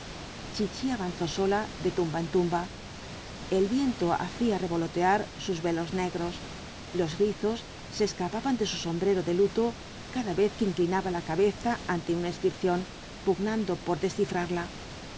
chichi avanzó sola de tumba en tumba el viento hacía revolotear sus velos negros los rizos se escapaban de su sombrero de luto cada vez que inclinaba la los cuatro jinetes dhl apocalipsis abeza ante una inscripción pugnando por descifrarla